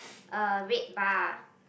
a red bar